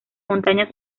montaña